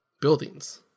buildings